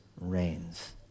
reigns